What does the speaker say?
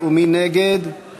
ותועבר